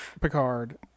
Picard